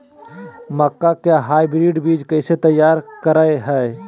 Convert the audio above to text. मक्का के हाइब्रिड बीज कैसे तैयार करय हैय?